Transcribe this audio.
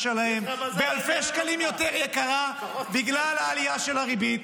שלהם באלפי שקלים יותר יקרה בגלל העלייה של הריבית.